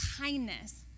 kindness